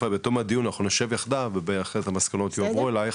בתום הדיון אנחנו נשב והמסקנות יועברו אלייך,